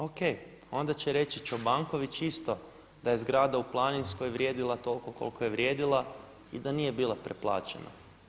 O.k. Onda će reći Čobanković isto da je zgrada u Planinskoj vrijedila toliko koliko je vrijedila i da nije bila preplaćena.